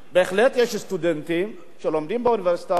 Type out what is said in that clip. בהחלט יש סטודנטים שלומדים באוניברסיטאות,